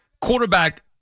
quarterback